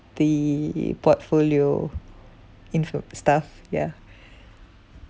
the portfolio info stuff ya